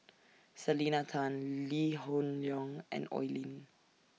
Selena Tan Lee Hoon Leong and Oi Lin